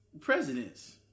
presidents